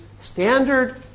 standard